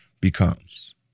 becomes